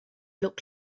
look